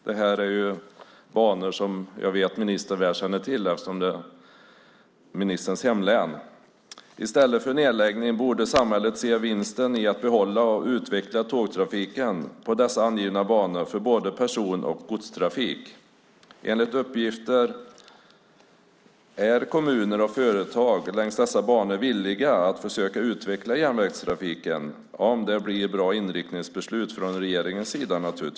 Det här är banor som jag vet att ministern väl känner till eftersom de finns i ministerns hemlän. I stället för nedläggning borde samhället se vinsten i att behålla och utveckla tågtrafiken på dessa angivna banor för både person och godstrafik. Enligt uppgift är kommuner och företag längs dessa banor villiga att försöka utveckla järnvägstrafiken - naturligtvis om det blir bra inriktningsbeslut från regeringens sida.